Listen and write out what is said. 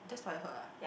that's what I heard ah